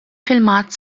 filmat